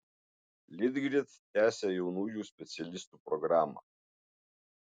litgrid tęsia jaunųjų specialistų programą